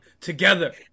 together